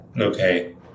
Okay